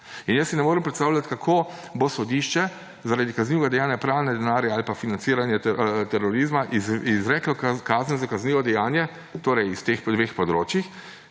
Jaz si ne morem predstavljati, kako bo sodišče zaradi kaznivega dejanja pranja denarja ali pa financiranja terorizma izreklo kazen za kaznivo dejanje, torej s teh dveh področij,